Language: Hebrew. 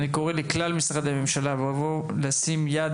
אני קורא לכלל משרדי הממשלה לבוא ולהכניס את היד